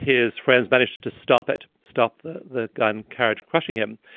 his friends managed to to stop it, stop the the gun carriage crushing him.